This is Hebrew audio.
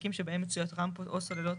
בחלקים שבהם מצויות רמפות או סוללות